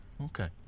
Okay